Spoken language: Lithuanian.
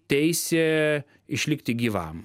teisė išlikti gyvam